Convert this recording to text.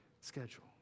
schedule